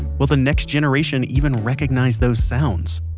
will the next generation even recognize those sounds?